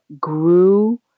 grew